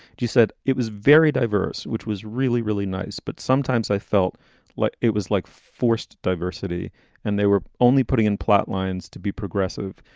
she said it was very diverse, which was really, really nice. but sometimes i felt like it was like forced diversity and they were only putting in plot lines to be progressive,